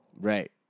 Right